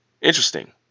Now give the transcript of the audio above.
Interesting